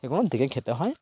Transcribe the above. এগুলো দেখে খেতে হয়